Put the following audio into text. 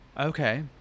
Okay